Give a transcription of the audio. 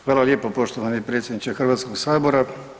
Hvala lijepo poštovani predsjedniče Hrvatskog sabora.